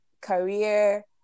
career